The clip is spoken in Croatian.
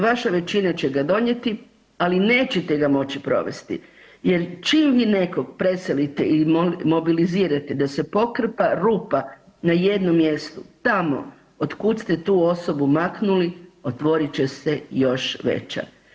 Vaša većina će ga donijeti, ali nećete ga moći provesti jer čim vi nekog preselite i mobilizirate da se pokrpa rupa na jednom mjestu tamo otkud ste tu osobu maknuli otvorit će se još veća.